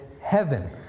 heaven